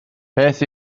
beth